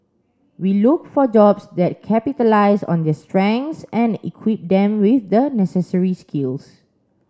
we look for jobs that capitalise on their strengths and equip them with the necessary skills